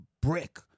brick